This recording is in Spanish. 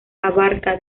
abarca